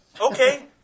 Okay